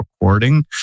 recording